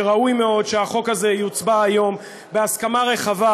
שראוי מאוד שהחוק הזה יוצבע היום בהסכמה רחבה,